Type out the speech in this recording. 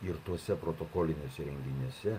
ir tuose protokoliniuose renginiuose